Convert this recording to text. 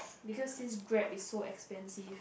because since Grab is so expensive